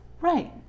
Right